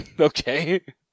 Okay